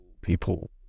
people